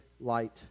light